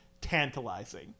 tantalizing